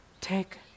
Take